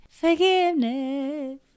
Forgiveness